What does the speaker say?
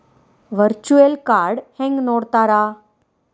Virtual ಕಾರ್ಡ್ನ ಹೆಂಗ್ ನೋಡ್ತಾರಾ?